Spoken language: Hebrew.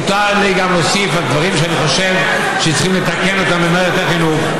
מותר לי גם להוסיף דברים שאני חושב שצריכים לתקן במערכת החינוך.